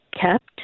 kept